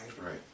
right